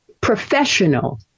professional